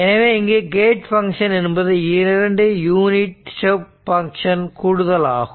எனவே இங்கு gate function என்பது 2 யூனிட் ஸ்டெப் பங்க்ஷன் கூடுதலாகும்